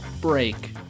break